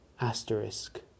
asterisk